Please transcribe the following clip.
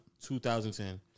2010